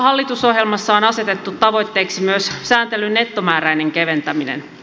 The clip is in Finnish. hallitusohjelmassa on asetettu tavoitteeksi myös sääntelyn nettomääräinen keventäminen